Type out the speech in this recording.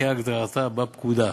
כהגדרתה בפקודה.